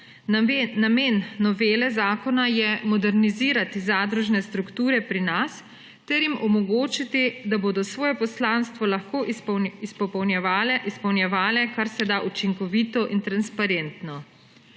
Namen novele zakona je modernizirati zadružne strukture pri nas ter jim omogočiti, da bodo svoje poslanstvo lahko izpolnjevale karseda učinkovito in transparentno.